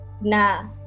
Na